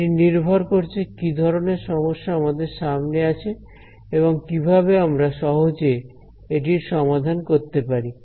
এটি নির্ভর করছে কি ধরনের সমস্যা আমাদের সামনে আছে এবং কিভাবে আমরা সহজে এটির সমাধান করতে পারি